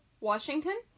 Washington